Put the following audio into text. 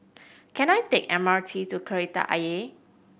can I take M R T to Kreta Ayer